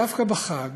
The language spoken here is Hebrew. דווקא בחג